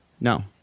No